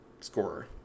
scorer